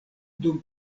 dum